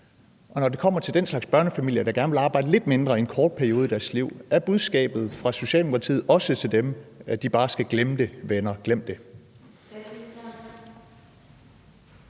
Når det kommer til den slags børnefamilier, der gerne vil arbejde lidt mindre i en kort periode af deres liv, er budskabet fra Socialdemokratiet til dem så også, at de bare skal glemme det? Siger man